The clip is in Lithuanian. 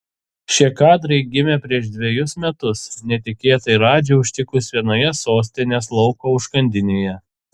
šie kadrai gimė prieš dvejus metus netikėtai radži užtikus vienoje sostinės lauko užkandinėje